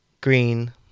green